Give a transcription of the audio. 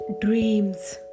Dreams